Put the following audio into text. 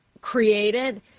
created